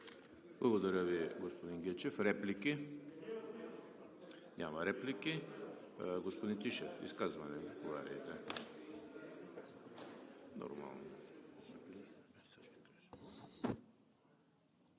Благодаря Ви, господин Гечев. Реплики? Няма реплики. Господин Тишев – изказване. Заповядайте. НИКОЛАЙ